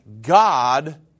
God